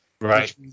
Right